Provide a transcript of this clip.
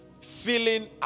Feeling